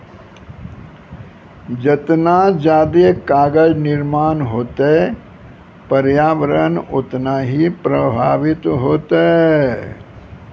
जतना जादे कागज निर्माण होतै प्रर्यावरण उतना ही प्रभाबित होतै